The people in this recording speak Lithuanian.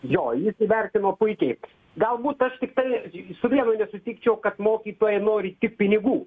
jo jis įvertino puikiai galbūt aš tiktai su vienu nesutikčiau kad mokytojai nori tik pinigų